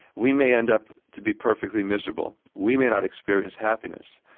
we may end up to be perfectly miserable, we may not experience happiness,